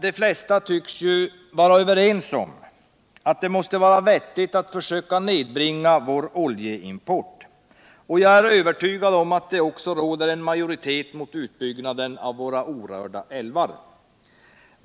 De flesta tycks vara överens om att det måste vara vettigt att söka nedbringa vår oljeimport. Jag är övertygad om att det också råder en majoritet mot utbyggnaden av våra orörda älvar.